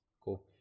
Cool